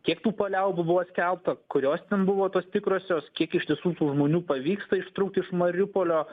kiek tų paliaubų buvo skelbta kurios ten buvo tos tikrosios kiek iš tiesų tų žmonių pavyksta ištrūkti iš mariupolio